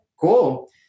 cool